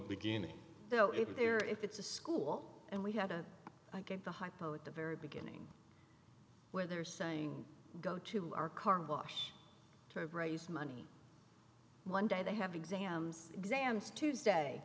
beginning though even there if it's a school and we have to give the hypo at the very beginning where they're saying go to our car bush to raise money one day they have exams exams tuesday